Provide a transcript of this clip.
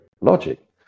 logic